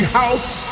house